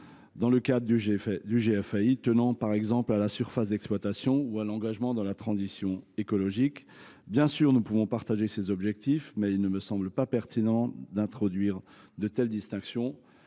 nouvelles conditions, tenant par exemple à la surface d’exploitation ou à l’engagement dans la transition écologique. Bien sûr, nous pouvons partager ces objectifs, mais il ne me semble pas pertinent d’introduire de telles distinctions